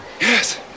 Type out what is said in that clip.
yes